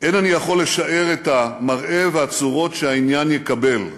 "אין אני יכול לשער את המראה והצורות שהעניין יקבל.